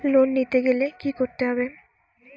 Loan নিতে গেলে কি করতে হবে?